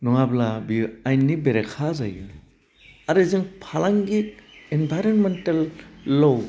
नङाब्ला बेयो आयेननि बेरेखा जायो आरो जों फालांगि इनभारेमेन्टेल ल'